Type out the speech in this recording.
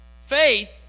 Faith